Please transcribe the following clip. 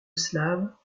slaves